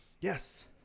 yes